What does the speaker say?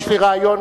יש לי כבר רעיון.